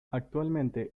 actualmente